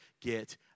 get